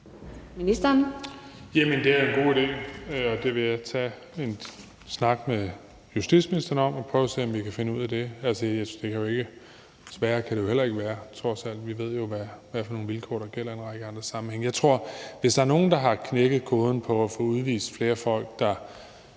Det er da en god idé, og det vil jeg tage en snak med justitsministeren om og prøve at se, om vi kan finde ud af det. Altså, sværere kan det jo trods alt heller ikke være. Vi ved jo, hvad for nogle vilkår der gælder i en række andre sammenhænge. Jeg tror, at vi, hvis der er nogen, der har knækket koden på det at få udvist flere folk, der